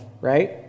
right